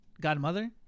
Godmother